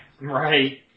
Right